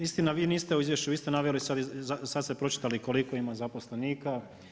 Istina vi niste u izvješću, vi ste naveli sad ste pročitali koliko ima zaposlenika.